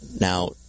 Now